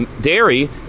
dairy